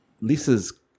Lisa's